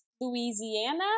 Louisiana